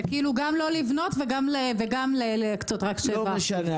זה גם לא לבנות וגם להקצות רק 7%. לא משנה,